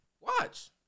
Watch